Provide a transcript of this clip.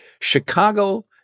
Chicago